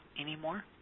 anymore